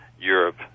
Europe